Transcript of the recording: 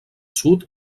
sud